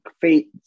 fate